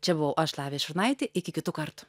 čia buvau aš lavija šurnaitė iki kitų kartų